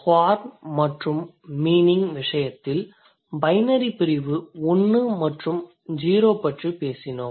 ஃபார்ம்வடிவம் மற்றும் மீனிங்அர்த்தம் விசயத்தில் பைனரி பிரிவு 1 மற்றும் 0 பற்றி பேசினோம்